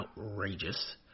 outrageous